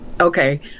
Okay